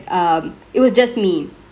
um it was just me